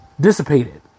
dissipated